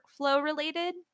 workflow-related